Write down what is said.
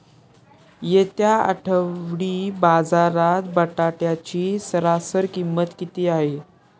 येत्या आठवडी बाजारात बटाट्याची सरासरी किंमत किती आहे?